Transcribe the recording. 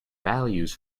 values